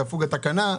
תפוג התקנה.